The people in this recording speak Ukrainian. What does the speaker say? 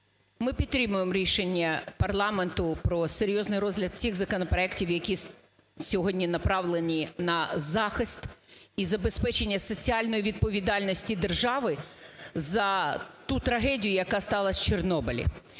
Ми підтримуємо рішення парламенту про серйозний розгляд цих законопроектів, які сьогодні направлені на захист і забезпечення соціальної відповідальності держави за ту трагедію, яка сталася в Чорнобилі.